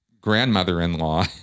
grandmother-in-law